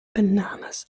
bananas